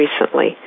recently